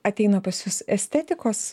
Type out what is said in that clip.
ateina pas jus estetikos